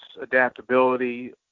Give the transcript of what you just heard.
adaptability